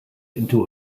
into